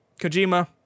kojima